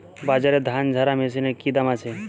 বাজারে ধান ঝারা মেশিনের কি দাম আছে?